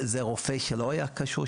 מי שבדק את זה הוא רופא שלא קשור,